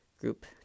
group